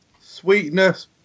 sweetness